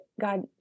God